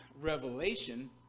Revelation